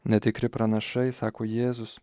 netikri pranašai sako jėzus